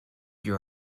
your